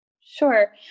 Sure